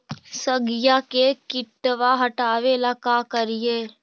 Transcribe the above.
सगिया से किटवा हाटाबेला का कारिये?